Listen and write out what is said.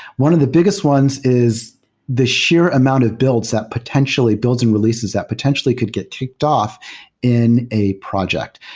one of the biggest ones is the sheer amount of builds that potentially builds and releases that potentially could get ticked off in a project.